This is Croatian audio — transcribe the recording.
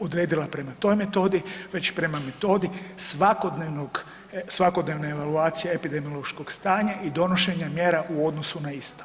odredila prema toj metodi već prema metodi svakodnevnog, svakodnevne evaluacije epidemiološkog sanja i donošenja mjera u odnosu na isto.